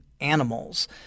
animals